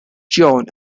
john